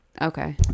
Okay